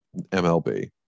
MLB